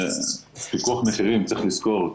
פיקוח מחירים צריך לזכור,